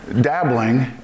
dabbling